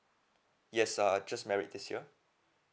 yes I just married this year